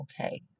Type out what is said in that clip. okay